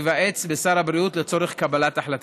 והוא ייוועץ בשר הבריאות לצורך קבלת החלטתו.